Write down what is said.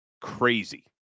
Crazy